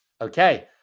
Okay